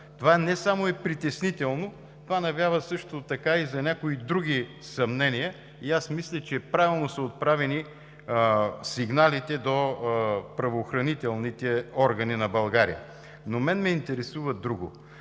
Това не само е притеснително, това навява също така и за някои други съмнения и мисля, че правилно са отправени сигналите до правоохранителните органи на България. Но мен ме интересува друго.